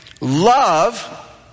love